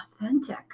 authentic